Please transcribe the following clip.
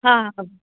हा हा